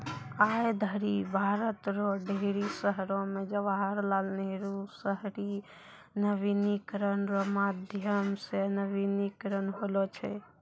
आय धरि भारत रो ढेरी शहरो मे जवाहर लाल नेहरू शहरी नवीनीकरण रो माध्यम से नवीनीकरण होलौ छै